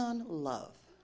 on love